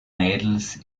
mädels